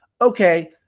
okay